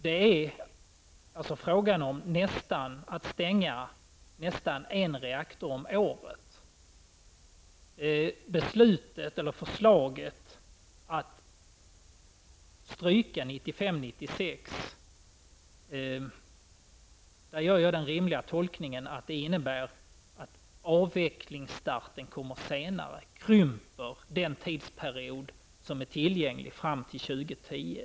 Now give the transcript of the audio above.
Det är fråga om att stänga nästan en reaktor om året. Jag gör den rimliga tolkningen att förslaget om att stryka årtalet 1995/96 innebär att avvecklingsstarten kommer senare och att det krymper den tidsperiod som är tillgänglig fram till 2010.